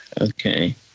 Okay